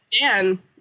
dan